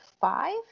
five